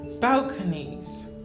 Balconies